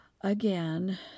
Again